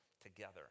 together